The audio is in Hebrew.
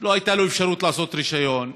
לא הייתה לו אפשרות לעשות רישיון לבנייה,